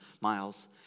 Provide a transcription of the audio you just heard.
miles